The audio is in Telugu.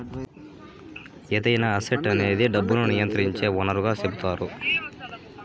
ఏదైనా అసెట్ అనేది డబ్బును నియంత్రించే వనరుగా సెపుతారు